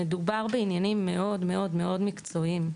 מדובר בעניינים מאוד מאוד מקצועיים.